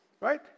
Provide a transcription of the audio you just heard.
Right